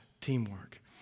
teamwork